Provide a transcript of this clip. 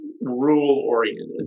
rule-oriented